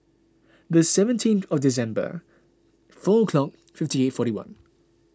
the seventeen of December four o'clock fifty eight forty one